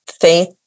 faith